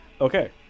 Okay